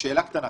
שאלה קטנה,